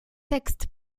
tekst